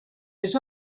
his